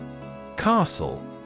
Castle